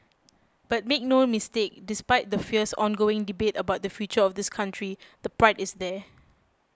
but make no mistake despite the fierce ongoing debate about the future of this country the pride is there